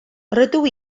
rydw